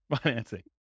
financing